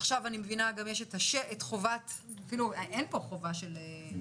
עכשיו אני מבינה שגם יש את חובת כאילו אין פה חובה של שלט.